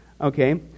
Okay